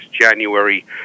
January